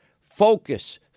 focus